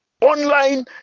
online